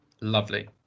Lovely